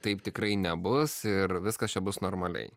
taip tikrai nebus ir viskas čia bus normaliai